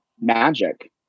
magic